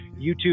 YouTube